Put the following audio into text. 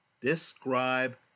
describe